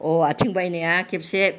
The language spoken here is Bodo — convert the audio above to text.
अ आथिं बायनाया खेबसे